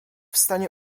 stanie